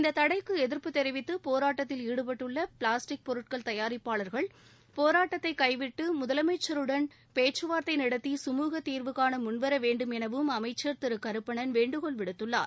இந்த தடைக்கு எதிர்ப்பு தெரிவித்து போராட்டத்தில் ஈடுபட்டுள்ள பிளாஸ்டிக் பொருட்கள் தயாரிப்பாளர்கள் போராட்டத்தை கைவிட்டு முதலமைச்சருடன் பேச்சுவாத்தை நடத்தி கமூக தீர்வுகாண முன்வர வேண்டும் எனவும் அமைச்சர் திரு கருப்பணன் வேண்டுகோள் விடுக்கள்ளார்